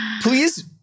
Please